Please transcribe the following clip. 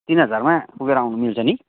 तिन हजारमा पुगेर आउनु मिल्छ नि